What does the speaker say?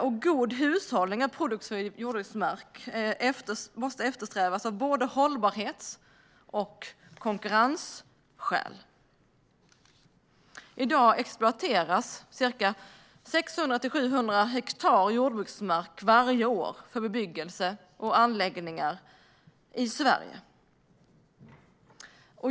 En god hushållning och en produktiv jordbruksmark måste eftersträvas av både hållbarhets och konkurrensskäl. I dag exploateras 600-700 hektar jordbruksmark varje år för bebyggelse och anläggningar i Sverige.